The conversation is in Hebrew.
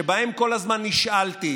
שבהן כל הזמן נשאלתי: